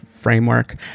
framework